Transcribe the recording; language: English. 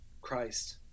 Christ